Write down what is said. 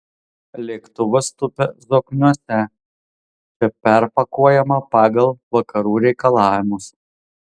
lėktuvas tupia zokniuose čia perpakuojama pagal vakarų reikalavimus